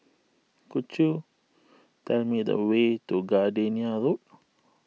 could you tell me the way to Gardenia Road